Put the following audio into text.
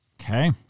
Okay